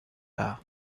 dar